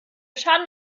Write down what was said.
schaden